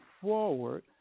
forward